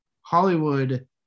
hollywood